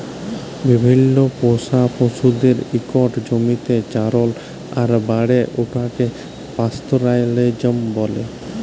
বিভিল্ল্য পোষা পশুদের ইকট জমিতে চরাল আর বাড়ে উঠাকে পাস্তরেলিজম ব্যলে